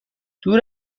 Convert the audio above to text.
دور